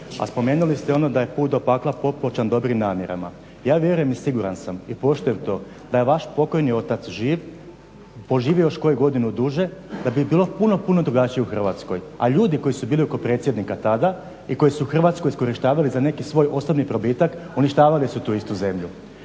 a spomenuli ste ono da je put do pakla popločen dobrim namjerama. Ja vjerujem i siguran sam i poštujem to da je vaš pokojni otac živ, da je poživio još koju godinu duže da bi bilo puno, puno drugačije u Hrvatskoj, a ljudi koji su bili oko predsjednika tada i koji su Hrvatsku iskorištavali za neki svoj osobni probitak uništavali su tu istu zemlju.